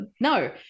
No